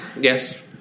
Yes